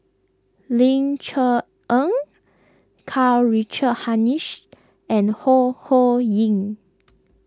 Ling Cher Eng Karl Richard Hanitsch and Ho Ho Ying